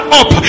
up